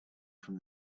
from